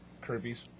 Kirby's